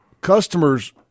Customers